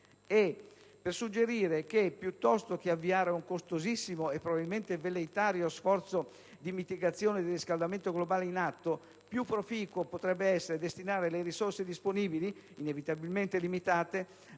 suggerire come, piuttosto che avviare un costosissimo e probabilmente velleitario sforzo di mitigazione del riscaldamento globale in atto, più proficuo potrebbe essere destinare le risorse disponibili, inevitabilmente limitate,